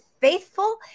faithful